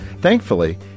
Thankfully